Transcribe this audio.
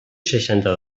seixanta